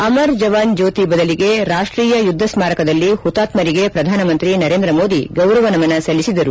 ಅಮರ್ ಜವಾನ್ ಜ್ಯೋತಿ ಬದಲಿಗೆ ರಾಷ್ಟೀಯ ಯುದ್ದ ಸ್ಟಾರಕದಲ್ಲಿ ಹುತಾತ್ಮರಿಗೆ ಪ್ರಧಾನಮಂತ್ರಿ ನರೇಂದ್ರ ಮೋದಿ ಗೌರವ ನಮನ ಸಲ್ಲಿಸಿದರು